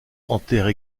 enterre